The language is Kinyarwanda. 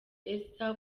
elsa